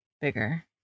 bigger